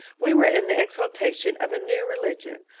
we were in the exaltation of a new re ligion,